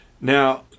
Now